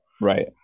right